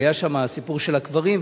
כשהיה שם הסיפור של הקברים,